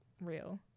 real